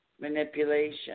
manipulation